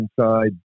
inside